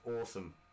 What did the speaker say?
awesome